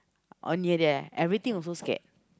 on ya there everything also scared